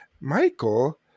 Michael